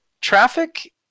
traffic